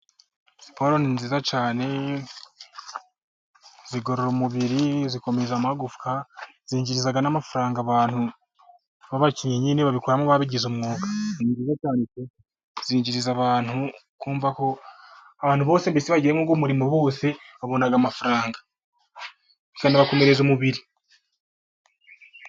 Siporo ni nziza cyane, zigorora umubiri, zikomeza amagufwa, zinjiriza n'amafaranga abantu b'abakinnyi nyine babigize umwuga, zinjiriza abantu, uri kumva ko abantu bose bagiye muri uwo murimo bose babona amafaranga bakabanakomereza umubiri.